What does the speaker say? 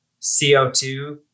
CO2